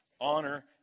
Honor